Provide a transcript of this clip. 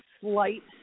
slight